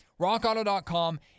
rockauto.com